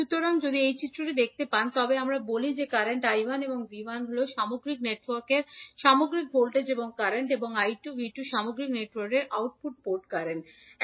সুতরাং আপনি যদি এই চিত্রটিতে দেখতে পান তবে আমরা বলি যে কারেন্ট 𝐈1 এবং 𝐕1 হল সামগ্রিক নেটওয়ার্কের সামগ্রিক ভোল্টেজ এবং কারেন্ট এবং 𝐈2 𝐕2 সামগ্রিক নেটওয়ার্কের আউটপুট পোর্ট কারেন্ট